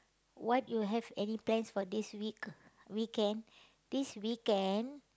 what you have any plans for this week weekend this weekend